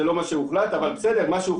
זה לא מה שהוחלט אבל מה שהוחלט,